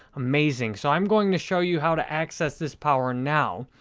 amazing. so, i'm going to show you how to access this power now.